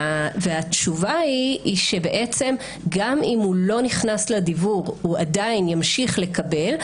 והתשובה היא שבעצם גם אם הוא לא נכנס לדיוור הוא עדיין ימשיך לקבל,